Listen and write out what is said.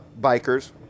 bikers